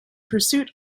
pursuit